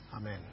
Amen